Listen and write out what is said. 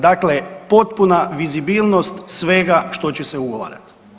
Dakle, potpuna vizibilnost svega što će se ugovarati.